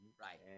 Right